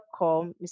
Mr